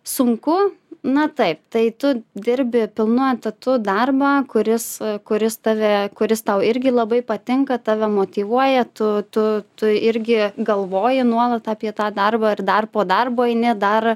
sunku na taip tai tu dirbi pilnu etatu darbą kuris kuris tave kuris tau irgi labai patinka tave motyvuoja tu tu tu irgi galvoji nuolat apie tą darbą ir dar po darbo eini dar